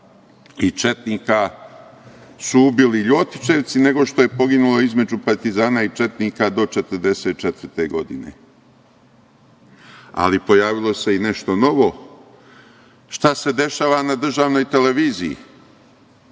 i četnika su ubili ljotićevci nego što je poginulo između partizana i četnika do 1944. godine. Ali, pojavilo se i nešto novo. Šta se dešava na državnoj televiziji?